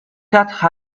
quatre